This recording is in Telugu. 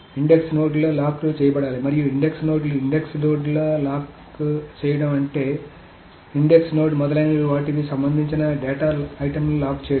ఇండెక్స్ నోడ్లు లాక్ చేయబడాలి మరియు ఇండెక్స్ నోడ్లు ఇండెక్స్ నోడ్లను లాక్ చేయడం అంటే ఇండెక్స్ నోడ్ మొదలైన వాటికి సంబంధించిన డేటా ఐటెమ్లను లాక్ చేయడం